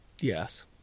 Yes